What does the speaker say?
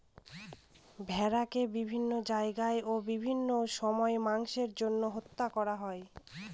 ভেড়াকে বিভিন্ন জায়গায় ও বিভিন্ন সময় মাংসের জন্য হত্যা করা হয়